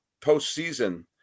postseason